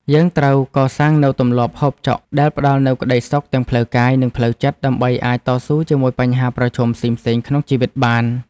យើងត្រូវកសាងនូវទម្លាប់ហូបចុកដែលផ្តល់នូវក្តីសុខទាំងផ្លូវកាយ និងផ្លូវចិត្តដើម្បីអាចតស៊ូជាមួយបញ្ហាប្រឈមផ្សេងៗក្នុងជីវិតបាន។